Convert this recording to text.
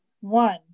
One